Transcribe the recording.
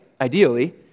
Ideally